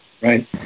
Right